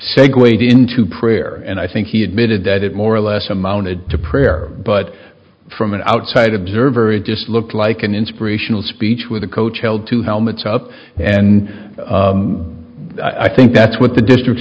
segues into prayer and i think he admitted that it more or less amounted to prayer but from an outside observer it just looked like an inspirational speech with a coach held to helmets up and i think that's what the district